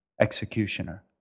executioner